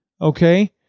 Okay